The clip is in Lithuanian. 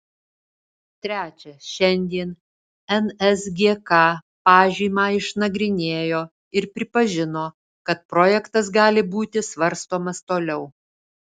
trečia šiandien nsgk pažymą išnagrinėjo ir pripažino kad projektas gali būti svarstomas toliau